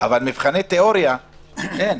אבל מבחני תיאוריה אין.